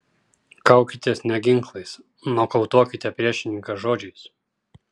kaukitės ne ginklais nokautuokite priešininką žodžiais